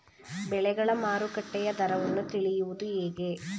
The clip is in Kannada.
ಬೆಳೆಗಳ ಮಾರುಕಟ್ಟೆಯ ದರವನ್ನು ತಿಳಿಯುವುದು ಹೇಗೆ?